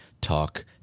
Talk